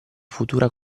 futura